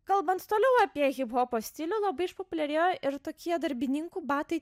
kalbant toliau apie hiphopo stilių labai išpopuliarėjo ir tokie darbininkų batai